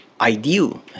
ideal